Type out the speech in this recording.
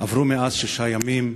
עברו מאז שישה ימים,